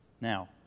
Now